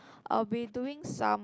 I'll be doing some